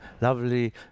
lovely